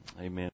Amen